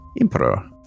Emperor